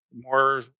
more